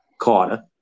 Carter